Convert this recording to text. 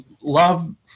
love